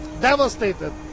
devastated